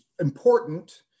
important